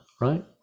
right